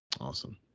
Awesome